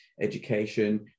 education